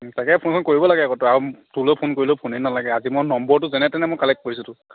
তাকে ফোন চোন কৰিব লাগে আকৌ তই আও তোলৈ ফোন কৰিলেও ফোনেই নালাগে আজি মই নম্বৰটো যেনে তেনে মই কালেক্ট কৰিছোঁ তোৰ